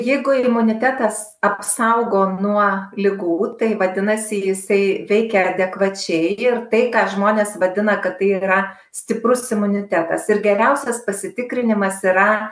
jeigu imunitetas apsaugo nuo ligų tai vadinasi jisai veikia adekvačiai ir tai ką žmonės vadina kad tai yra stiprus imunitetas ir geriausias pasitikrinimas yra